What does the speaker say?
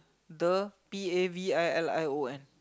the P A V I L I O N